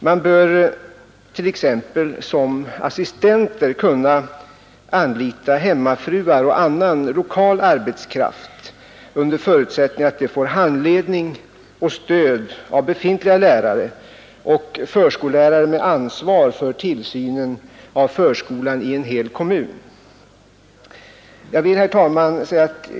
Man bör t.ex. som assistenter kunna anlita hemmafruar och annan lokal arbetskraft under förutsättning att de får handledning och stöd av befintliga lärare och förskollärare med ansvar för tillsynen av förskolan i en hel kommun.